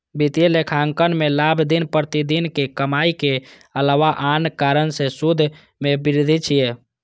वित्तीय लेखांकन मे लाभ दिन प्रतिदिनक कमाइक अलावा आन कारण सं शुद्ध लाभ मे वृद्धि छियै